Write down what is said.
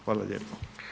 Hvala lijepo.